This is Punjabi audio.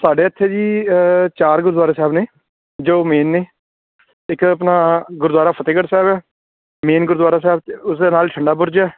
ਸਾਡੇ ਇੱਥੇ ਜੀ ਚਾਰ ਗੁਰਦੁਆਰਾ ਸਾਹਿਬ ਨੇ ਜੋ ਮੇਨ ਨੇ ਇੱਕ ਆਪਣਾ ਗੁਰਦੁਆਰਾ ਫਤਿਹਗੜ੍ਹ ਸਾਹਿਬ ਆ ਮੇਨ ਗੁਰਦੁਆਰਾ ਸਾਹਿਬ 'ਚ ਉਸਦੇ ਨਾਲ ਠੰਡਾ ਬੁਰਜ ਹੈ